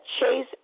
chase